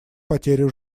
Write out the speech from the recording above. потерю